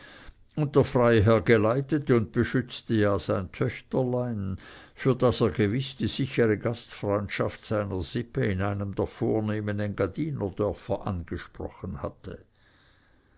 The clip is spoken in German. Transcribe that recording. der freiherr geleitete und beschützte ja sein töchterlein für das er gewiß die sichere gastfreundschaft seiner sippe in einem der vornehmen engadinerdörfer angesprochen hatte